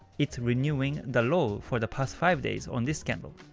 it's renewing the low for the past five days on this candle.